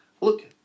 Look